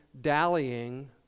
dallying